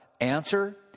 Answer